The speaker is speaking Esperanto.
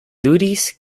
ludis